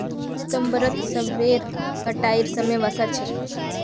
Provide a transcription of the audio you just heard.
सितंबरत सेबेर कटाईर समय वसा छेक